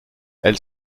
elle